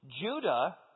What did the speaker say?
Judah